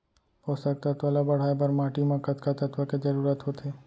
पोसक तत्व ला बढ़ाये बर माटी म कतका तत्व के जरूरत होथे?